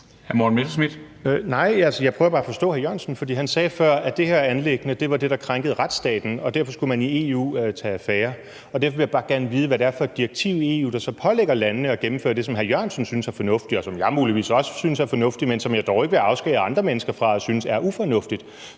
Altså, jeg prøver bare at forstå hr. Jørgensen, for han sagde før, at det her anliggende var det, der krænkede retsstaten, og derfor skulle man i EU tage affære. Og derfor vil jeg bare gerne vide, hvad det er for et direktiv i EU, der så pålægger landene at gennemføre det, som hr. Jørgensen synes er fornuftigt, og som jeg muligvis også synes er fornuftigt, men som jeg dog ikke vil afskære andre mennesker fra at synes er ufornuftigt.